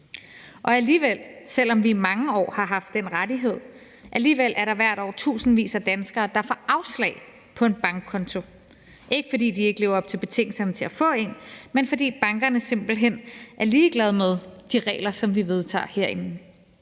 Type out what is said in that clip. Og selv om vi i mange år har haft den rettighed, er der alligevel hvert år tusindvis af danskere, der får afslag på en bankkonto, ikke fordi de ikke lever op til betingelserne for at få en, men fordi bankerne simpelt hen er ligeglade med de regler, som vi vedtager herinde.